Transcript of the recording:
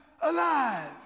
alive